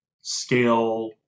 scale